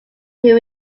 who